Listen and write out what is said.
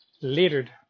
littered